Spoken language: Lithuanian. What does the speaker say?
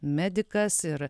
medikas ir